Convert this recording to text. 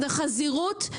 הוא משויך לאינטגרציה דוד.